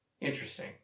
Interesting